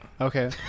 Okay